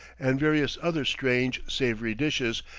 and various other strange, savory dishes,